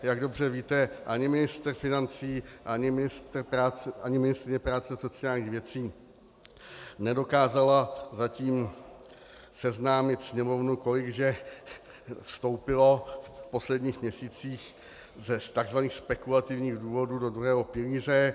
Jak dobře víte, ani ministr financí ani ministryně práce a sociálních věcí nedokázali zatím seznámit Sněmovnu, kolik že vstoupilo v posledních měsících z tzv. spekulativních důvodů do druhého pilíře.